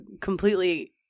completely